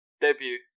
Debut